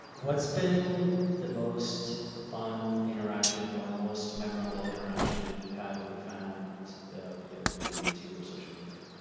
what's been the most fun interaction, or most memorable interaction that you've had with a fan via either youtube or social media?